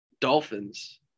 Dolphins